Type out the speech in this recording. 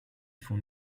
font